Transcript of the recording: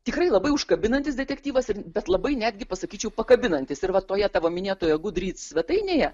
tikrai labai užkabinantis detektyvas ir bet labai netgi pasakyčiau pakabinantis ir va toje tavo minėtoje gudryc svetainėje